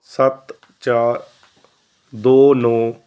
ਸੱਤ ਚਾਰ ਦੋ ਨੌਂ